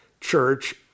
church